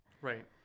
Right